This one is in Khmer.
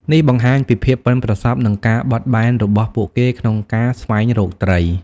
នេះបង្ហាញពីភាពប៉ិនប្រសប់និងការបត់បែនរបស់ពួកគេក្នុងការស្វែងរកត្រី។